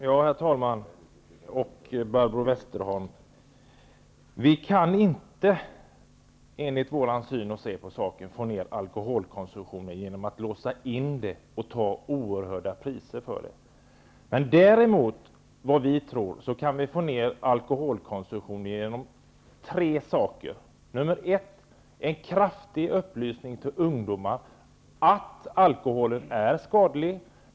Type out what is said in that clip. Herr talman! Enligt vår syn att se på saken, Barbro Westerholm, kan vi inte få ner alkoholkonsumtionen genom att ''låsa in'' alkoholen och ta oerhörda priser för den. Däremot tror vi att vi kan få ner alkoholkonsumtionen genom tre åtgärder: För det första genom en kraftig upplysning till ungdomar om att alkoholen är skadlig.